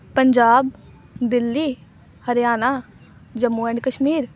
Punjab Delhi Haryana Jammu and Kashmir